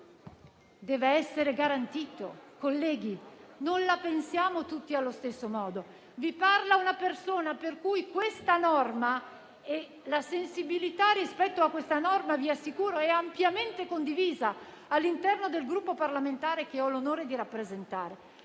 deve essere garantito. Colleghi, non la pensiamo tutti allo stesso modo. Vi assicuro che la sensibilità rispetto a questa norma è ampiamente condivisa all'interno del Gruppo parlamentare che ho l'onore di rappresentare.